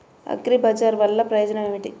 అగ్రిబజార్ వల్లన ప్రయోజనం ఏమిటీ?